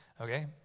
Okay